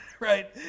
Right